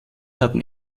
hatten